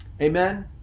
Amen